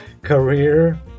career